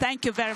Thank you.